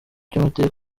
cy’amateka